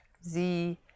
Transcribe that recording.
Sie